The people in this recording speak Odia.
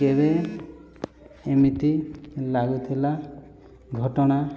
ଏବେ ଏମିତି ଲାଗୁଥିଲା ଘଟଣା